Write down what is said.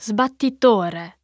Sbattitore